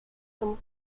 some